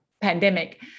pandemic